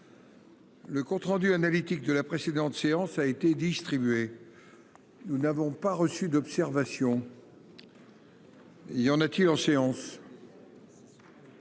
Le compte rendu analytique de la précédente séance a été distribué. Nous n'avons pas reçu d'observation.-- Il y en a-t-il en séance.--